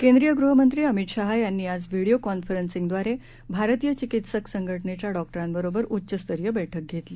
केंद्रीय गृहमंत्री अमित शहा यांनी आज व्हिडिओ कॉन्फरंन्सींगद्वारे भारतीय चिकित्सक संघटनेच्या डॉक्टरांबरोबर उच्चस्तरीय बैठक घेतली